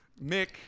Mick